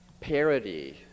parody